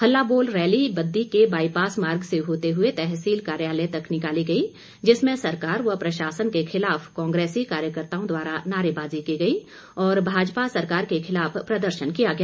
हल्ला बोल रैली बद्दी के बाईपास मार्ग से होते हुए तहसील कार्यालय तक निकाली गई जिसमें सरकार व प्रशासन के खिलाफ कांग्रेसी कार्यकर्ताओं द्वारा नारेबाजी की गई और भाजपा सरकार के खिलाफ प्रदर्शन किया गया